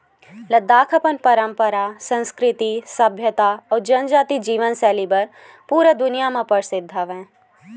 लद्दाख अपन पंरपरा, संस्कृति, सभ्यता अउ जनजाति जीवन सैली बर पूरा दुनिया म परसिद्ध हवय